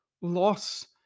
loss